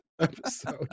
episode